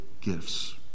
gifts